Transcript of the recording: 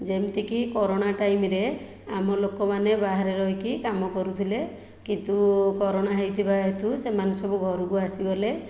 ଯେମିତିକି କରୋନା ଟାଇମ୍ରେ ଆମ ଲୋକମାନେ ବାହାରେ ରହିକି କାମ କରୁଥିଲେ କିନ୍ତୁ କରୋନା ହୋଇଥିବା ହେତୁ ସେମାନେ ସବୁ ଘରକୁ ଆସିଗଲେ